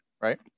right